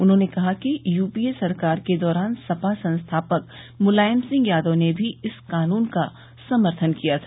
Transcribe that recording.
उन्होंने कहा कि यूपीए सरकार के दौरान सपा संस्थापक मुलायम सिंह यादव ने भी इस कानून का समर्थन किया था